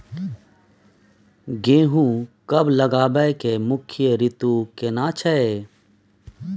गेहूं कब लगाबै के मुख्य रीतु केना छै?